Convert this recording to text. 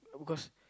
because